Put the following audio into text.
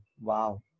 Wow